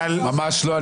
ממש לא.